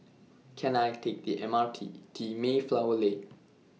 Can I Take The M R T T Mayflower Lane